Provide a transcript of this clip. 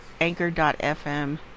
anchor.fm